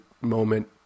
moment